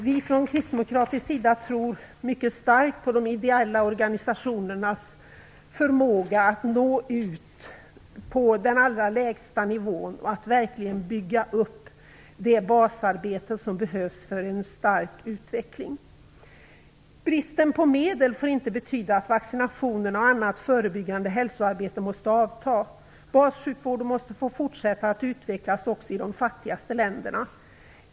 Vi från kristdemokratisk sida tror mycket starkt på de ideella organisationernas förmåga att nå ut på den allra lägsta nivån och att verkligen bygga upp det basarbete som behövs för en stark utveckling. Bristen på medel får inte betyda att vaccinationerna och annat förebyggande hälsoarbete måste avta. Bassjukvården måste få fortsätta att utvecklas också i de fattigaste länderna.